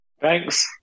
Thanks